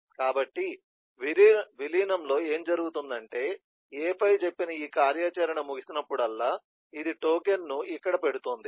కాబట్టి విలీనంలో ఏమి జరుగుతుంది అంటే A5 చెప్పిన ఈ కార్యాచరణ ముగిసినప్పుడల్లా ఇది టోకెన్ ను ఇక్కడ పెడుతుంది